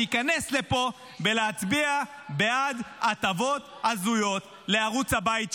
להיכנס לפה ולהצביע בעד הטבות הזויות לערוץ הבית שלו.